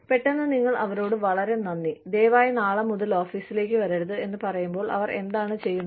പെട്ടെന്ന് നിങ്ങൾ അവരോട് വളരെ നന്ദി ദയവായി നാളെ മുതൽ ഓഫീസിലേക്ക് വരരുത് എന്ന് പറയുമ്പോൾ അവർ എന്താണ് ചെയ്യുന്നത്